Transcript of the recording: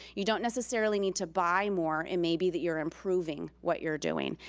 you don't necessarily need to buy more. it may be that you're improving what you're doing.